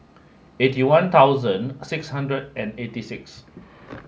eighty one six hundred and eighty six